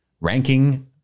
ranking